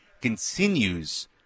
continues